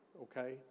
okay